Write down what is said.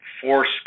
force